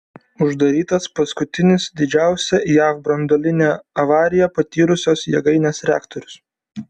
uždarytas paskutinis didžiausią jav branduolinę avariją patyrusios jėgainės reaktorius